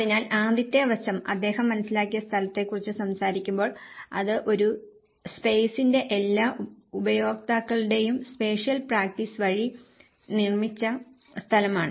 അതിനാൽ ആദ്യത്തെ വശം അദ്ദേഹം മനസ്സിലാക്കിയ സ്ഥലത്തെക്കുറിച്ച് സംസാരിക്കുമ്പോൾ അത് ഒരു സ്പെയ്സിന്റെ എല്ലാ ഉപയോക്താക്കളുടെയും സ്പേഷ്യൽ പ്രാക്ടീസ് വഴി നിർമിച്ച സ്ഥലമാണ്